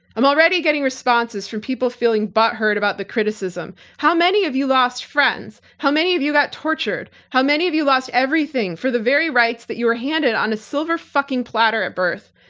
i'm already getting responses from people feeling butt hurt about the criticism. how many of you lost friends? how many of you got tortured? how many of you lost everything for the very rights that you were handed on a silver fucking platter at birth.